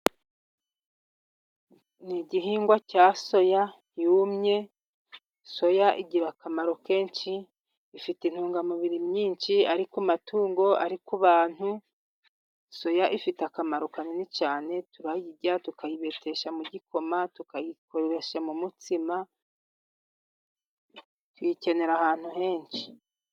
Ni igihingwa cya soya yumye, soya igira akamaro kenshi ifite intungamubiri nyinshi, ari ku amatungo, ari ku bantu soya ifite akamaro kanini cyane turayirya, tukayibetesha mu gikoma, tukayikoresha mu mutsima, tuyikenera ahantu henshi.